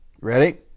Ready